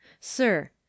Sir